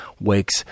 wakes